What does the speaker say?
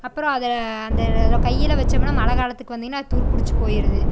அப்புறம் அதை அந்த கையில் வச்சோம்னால் மழை காலத்துக்கு வந்திங்கனால் அது துருப்பிடிச்சி போயிடுது